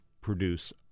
produce